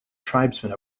tribesmen